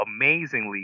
amazingly